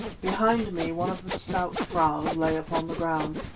behind me one of the stout fraus lay upon the ground.